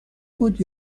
بود